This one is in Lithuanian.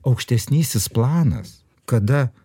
aukštesnysis planas kada